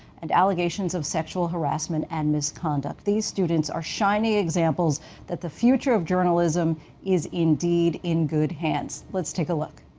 and allegations of sexual harassment and misconduct. these students are shining examples that the future of journalism is indeed in good hands. let's take a look.